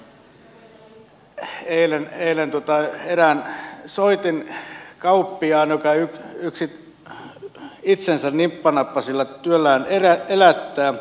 tapasin eilen erään soitinkauppiaan joka itsensä nippa nappa sillä työllään elättää